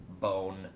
bone